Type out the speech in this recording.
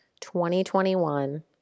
2021